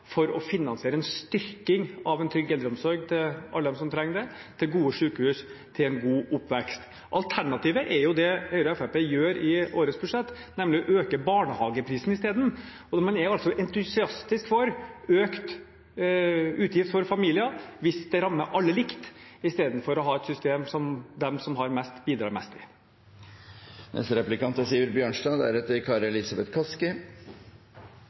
for å finansiere en styrking av en trygg eldreomsorg for alle dem som trenger det, gode sykehus og en god oppvekst. Alternativet er det Høyre og Fremskrittspartiet gjør i årets budsjett, nemlig å øke barnehageprisen isteden. Man er altså entusiastisk for økte utgifter for familier hvis det rammer alle likt, istedenfor å ha et system der de som har mest, bidrar mest.